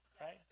Right